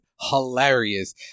hilarious